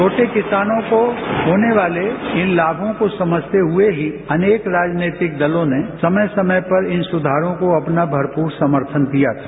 छोटे किसानों को होने वाले इन लाभों को समझते हुए ही अनेक राजनीतिक दलों ने समय समय पर इन सुधारों को अपना भरपूर समर्थन दिया था